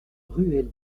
ruelle